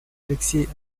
алексей